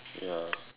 ya